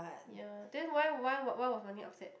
ya then why why why was Wan-Ning upset